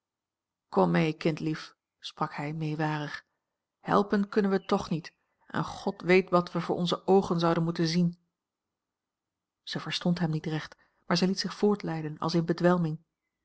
kom mee kindlief sprak hij meewarig helpen kunnen wij toch niet en god weet wat we voor onze oogen zouden moeten zien zij verstond hem niet recht maar zij liet zich voortleiden als in bedwelming